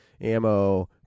ammo